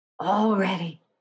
already